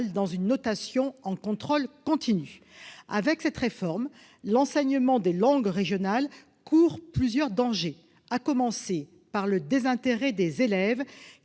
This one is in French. dans une notation en contrôle continu. Avec cette réforme, l'enseignement des langues régionales court plusieurs dangers, à commencer par le désintérêt des élèves,